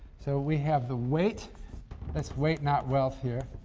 so, we have the weight that's weight not wealth here